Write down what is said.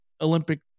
Olympic